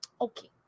okay